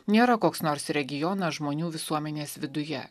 nėra koks nors regionas žmonių visuomenės viduje